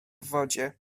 wodzie